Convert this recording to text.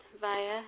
via